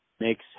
Makes